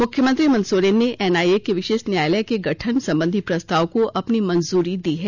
मुख्यमंत्री हेमंत सोरेन ने एनआईए के विशेष न्यायालय के गठन संबंधी प्रस्ताव को अपनी मंजूरी दी है